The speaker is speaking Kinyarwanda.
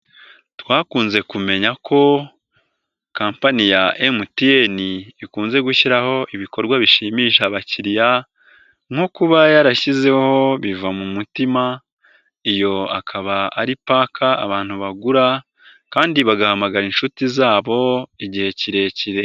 Twakunze kumenya ko kampani ya MTN, ikunze gushyiraho ibikorwa bishimisha abakiriya nko kuba yarashyizeho biva mu mutima, iyo akaba ari paka abantu bagura kandi bagahamagara inshuti zabo, igihe kirekire.